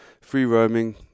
free-roaming